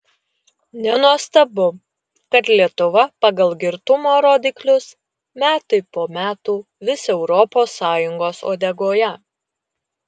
nenuostabu kad lietuva pagal girtumo rodiklius metai po metų vis europos sąjungos uodegoje